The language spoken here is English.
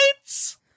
lights